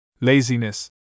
Laziness